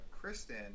Kristen